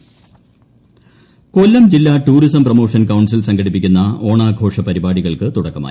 കൊല്ലം ഓണം കൊല്ലം ജില്ലാ tourism promotion council സംഘടിപ്പിക്കുന്ന ഓണാഘോഷ പരിപാടികൾക്ക് തുടക്കമായി